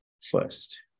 first